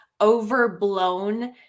overblown